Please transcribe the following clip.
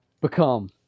become